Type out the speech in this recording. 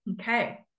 Okay